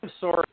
sorry